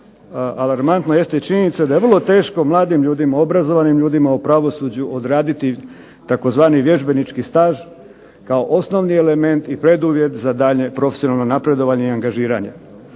alarmantno, jeste činjenica da je vrlo teško mladim ljudima, obrazovanim ljudima u pravosuđu odraditi tzv. vježbenički staž, kao osnovni element i preduvjet za daljnje profesionalno napredovanje i angažiranje.